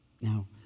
Now